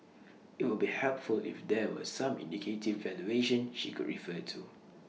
IT would be helpful if there were some indicative valuation she could refer to